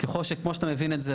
ככל שאתה מבין את זה,